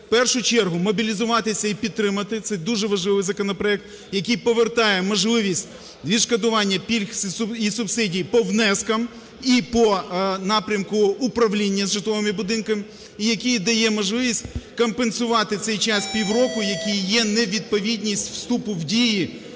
в першу чергу мобілізуватися і підтримати – це дуже важливий законопроект, який повертає можливість відшкодування пільг і субсидій по внескам і по напрямку управління з житловими будинками, і який дає можливість компенсувати цей час, півроку, який є… невідповідність вступу в дію